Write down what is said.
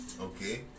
Okay